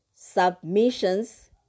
submissions